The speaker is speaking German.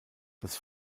das